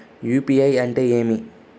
UPI అంటే ఏమి?